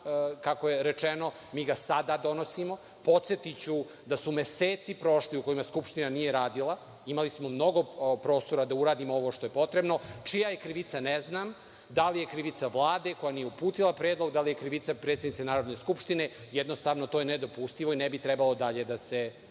kako je rečeno, mi ga sada donosimo. Podsetiću da su meseci prošli u kojima Skupština nije radila. Imali smo mnogo prostora da uradimo ovo što je potrebno. Čija je krivica - ne znam. Da li je krivica Vlade, koja nije uputila predlog, da li je krivica predsednice Narodne skupštine? Jednostavno to je nedopustivo i ne bi trebalo dalje da se